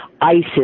Isis